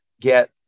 get